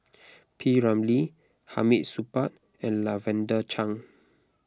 P Ramlee Hamid Supaat and Lavender Chang